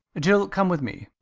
jill, come with me.